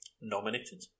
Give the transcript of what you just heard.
nominated